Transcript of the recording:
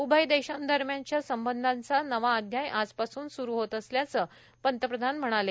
उभय देशांदरम्यानचा संबंधांचा नवा अध्याय आजपासून सुरू होत असल्याचं पंतप्रधान म्हणाले